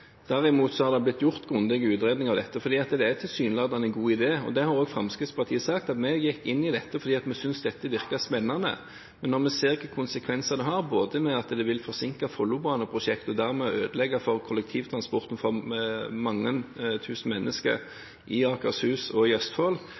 Derimot har det blitt gjort grundige utredninger av dette, for det er tilsynelatende en god idé. Vi i Fremskrittspartiet har også sagt at vi gikk inn i dette fordi vi syntes det virket spennende. Men vi ser hvilke konsekvenser det har. Det vil forsinke Follobane-prosjektet og dermed ødelegge for kollektivtransporten for mange tusen mennesker i Akershus og i Østfold,